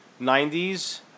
90s